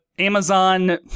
Amazon